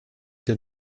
did